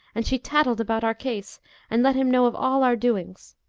and she tattled about our case and let him know of all our doings.